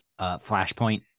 flashpoint